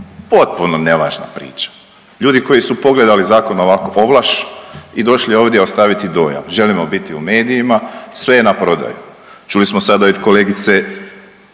Potpuno nevažna priča! Ljudi koji su pogledali zakon ovako ovlaš i došli ovdje ostaviti dojam, želimo biti u medijima, sve je na prodaju. Čuli smo sada i od kolegice